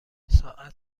ساعت